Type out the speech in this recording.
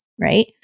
right